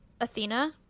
Athena